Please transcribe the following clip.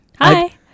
Hi